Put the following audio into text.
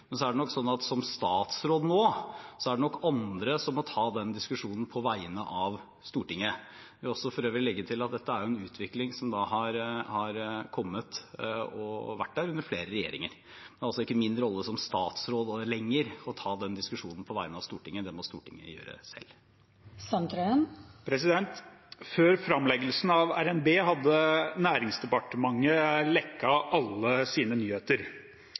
Men når jeg nå er statsråd, er det nok andre som må ta den diskusjonen på vegne av Stortinget. Jeg vil for øvrig legge til at dette er en utvikling som har kommet og vært der under flere regjeringer. Som statsråd er det ikke lenger min rolle å ta den diskusjonen på vegne av Stortinget; det må Stortinget gjøre selv. Før framleggelsen av revidert nasjonalbudsjett hadde Nærings- og fiskeridepartementet lekket alle sine nyheter.